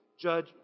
Judge